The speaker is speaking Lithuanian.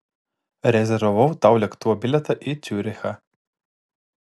rezervavau tau lėktuvo bilietą į ciurichą